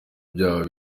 byawo